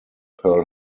pearl